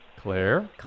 Claire